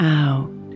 out